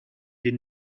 den